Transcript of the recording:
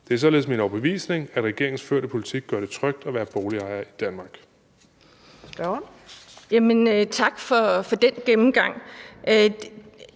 Det er således min overbevisning, at regeringens førte politik gør det trygt at være boligejer i Danmark.